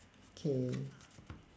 K